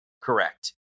correct